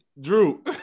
Drew